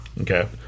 Okay